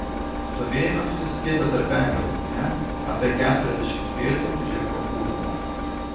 stovėjome susispietę tarpeklio dugne apie keturiasdešimt pėdų žemiau urvo